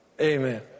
Amen